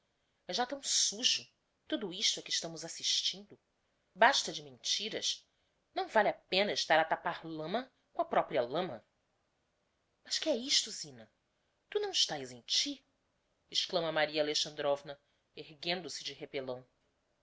é já tão sujo tudo isto a que estamos assistindo basta de mentiras não vale a pêna estar a tapar lama com a propria lama mas que é isto zina tu não estás em ti exclama maria alexandrovna erguendo-se de